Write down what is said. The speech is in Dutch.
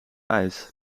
ijs